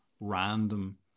random